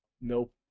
nope